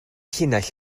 llinell